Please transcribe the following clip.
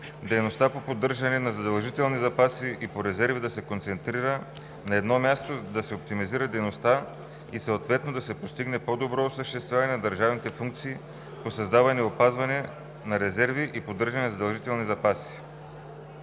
дейността по поддържането на задължителни запаси и резерви да се концентрира на едно място, да се оптимизира дейността и съответно да се постигне по-доброто осъществяване на държавните функции по създаване и опазване на резерви и поддържане на задължителни запаси.